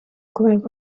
climbed